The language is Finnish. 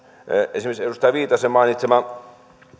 esimerkiksi edustaja viitasen mainitsema